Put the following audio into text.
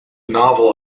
novel